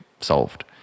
solved